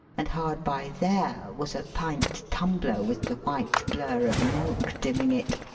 and hard by there was a pint tumbler with the white blur of milk dimming it.